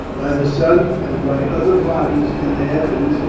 by the sun, and by other bodies in the eavens,